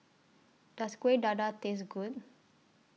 Does Kueh Dadar Taste Good